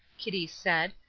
kitty said,